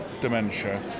dementia